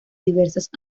diversas